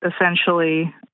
essentially